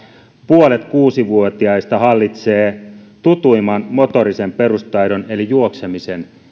puolet kuusi vuotiaista hallitsee tutuimman motorisen perustaidon eli juoksemisen